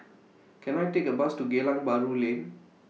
Can I Take A Bus to Geylang Bahru Lane